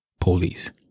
police